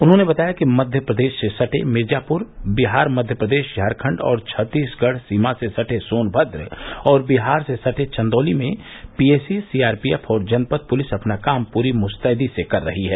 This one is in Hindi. उन्होंने बताया कि मध्य प्रदेश से सटे मिर्जापुर विहार मध्यप्रदेश झारखण्ड और छत्तीसगढ़ सीमा से सटे सोनभद्र और बिहार से सटे चन्दौली में पीएसी सीआरपीएफ और जनपद पुलिस अपना काम पूरी मृत्तैदी से कर रही है